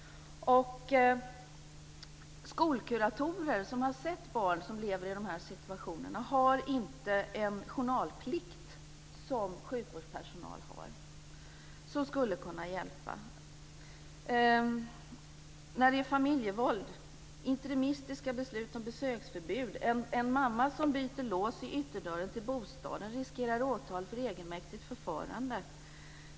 Skolkuratorer som har sett barn som lever i dessa situationer har inte den journalplikt som sjukvårdspersonal har, vilket skulle kunna hjälpa. När det handlar om familjevåld och interimististiska beslut om besöksförbud är det på det sättet att en mamma som byter låser i ytterdörren till bostaden riskerar åtal för egenmäktigt förfarande.